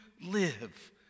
live